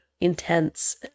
intense